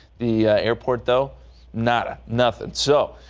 the airport though not ah nothing so.